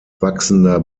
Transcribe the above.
wachsender